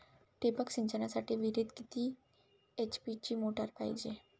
ठिबक सिंचनासाठी विहिरीत किती एच.पी ची मोटार पायजे?